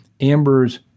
Amber's